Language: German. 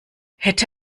hätte